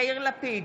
יאיר לפיד,